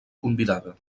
convidada